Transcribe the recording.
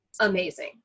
amazing